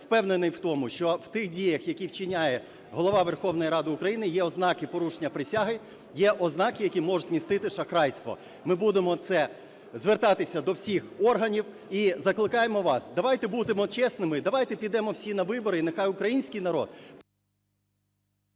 впевнений в тому, що в тих діях, які вчиняє Голова Верховної Ради України, є ознаки порушення присяги, є ознаки, які можуть містити шахрайство. Ми будемо звертатися до всіх органів. І закликаємо вас, давайте будемо чесними і давайте підемо всі на вибори, і нехай український народ…